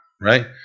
right